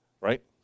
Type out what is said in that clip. Right